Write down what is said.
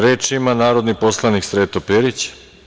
Reč ima narodni poslanik Sreto Perić.